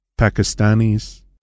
Pakistanis